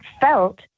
felt